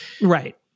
right